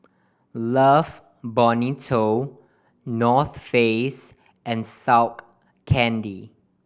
Love Bonito North Face and Skull Candy